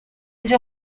age